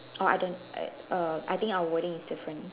oh I don't I err I think our wording is different